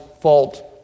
fault